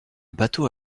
bateau